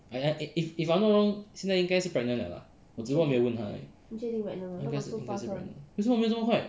I I if I'm not wrong 现在应该是 pregnant 了 lah 我只是没有问他而已应该是应该是 pregnant 了为什么没有那么快